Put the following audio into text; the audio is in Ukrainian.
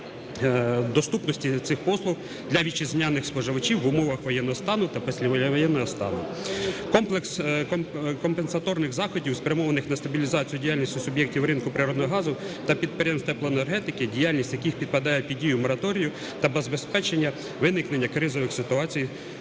доступності цих послуг для вітчизняних споживачів в умовах воєнного стану та післявоєнного стану; комплекс компенсаторних заходів, спрямованих на стабілізацію діяльності суб'єктів ринку природного газу та підприємств теплоенергетики, діяльність яких підпадає під дію мораторію, та убезпечення виникнення кризових ситуацій,